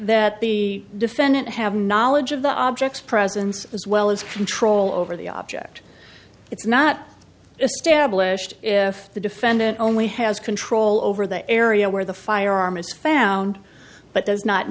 that the defendant have knowledge of the objects presence as well as control over the object it's not established if the defendant only has control over the area where the firearm is found but does not